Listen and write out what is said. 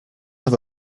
have